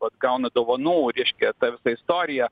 vat gauna dovanų reiškia ta visa istorija